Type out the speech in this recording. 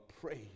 praise